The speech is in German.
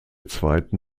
zweiten